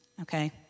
okay